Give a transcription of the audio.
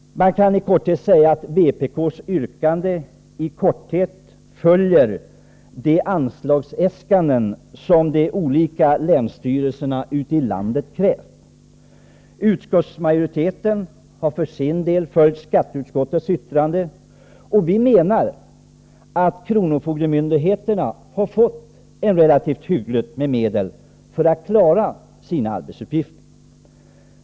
Man kan i korthet säga att vpk:s yrkande i stort följer anslagsäskandena från de olika länsstyrelserna ute i landet. Utskottsmajoriteten har för sin del följt skatteutskottets yttrande. Vi menar att kronofogdemyndigheterna har fått det relativt hyggligt med medel för att klara sina arbetsuppgifter.